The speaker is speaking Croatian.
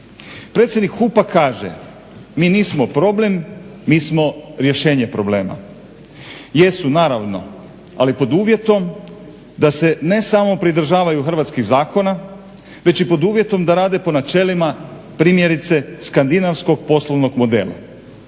Predsjednik HUP-a kaže: "Mi nismo problem, mi smo rješenje problema." Jesu, naravno ali pod uvjetom da se ne samo pridržavaju hrvatskih zakona već i pod uvjetom da rade po načelima primjerice skandinavskog poslovnog modela.